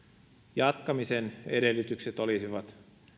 jatkamisen edellytykset olisivat